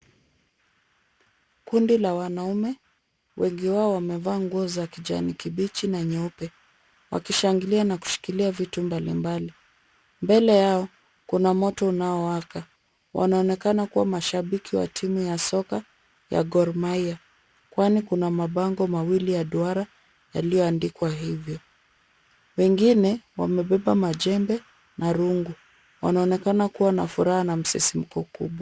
Kundi la wanaume. Wengi wao wamevaa nguo za kijani kibichi na nyeupe wakishangilia na kushikilia vitu mbalimbali. Mbele yao kuna moto unaowaka. Wanaonekana kuwa mashabiki wa timu ya soka ya Gor Mahia kwani kuna mabango mawili ya duara yaliyoandikwa hivyo. Wengine wamebeba majembe na rungu. Wanaonekana kuwa na furaha na msisimko kubwa.